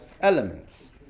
elements